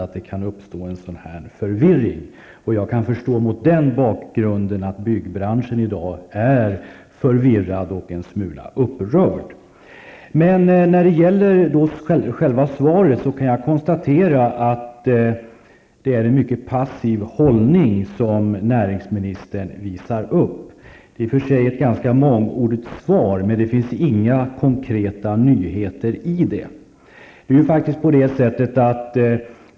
Jag kan mot den bakgrunden förstå att byggbranschen i dag är förvirrad och en smula upprörd. När det gäller själva svaret kan jag konstatera att näringsministern visar en mycket passiv hållning. Det är i och för sig ett ganska mångordigt svar, men det finns inga konkreta nyheter i det.